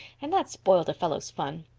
and that spoiled a fellow's fun.